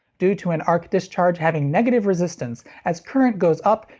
due to an arc discharge having negative resistance, as current goes up,